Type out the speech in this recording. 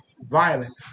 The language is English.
violent